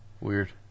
Weird